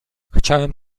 chciałem